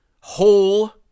whole